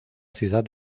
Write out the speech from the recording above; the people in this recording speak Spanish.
ciudad